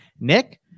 Nick